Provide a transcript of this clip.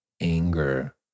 anger